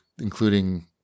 including